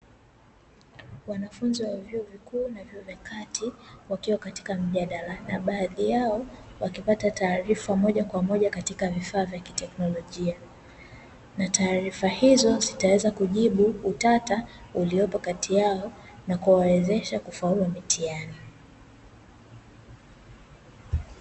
Wanafunzi wa vyuo vikuu na vyuo vya kati wakiwa katika mjadala na baadhi yao wakipata taarifa moja kwa moja, katika vifaa vya kiteknolojia na taarifa hizo zitaweza kujibu utata uliopo kati yao na kuwawezesha kufaulu mitiani.